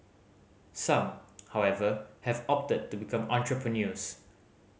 some however have opted to become entrepreneurs